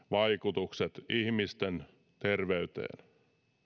vaikutukset ihmisten terveyteen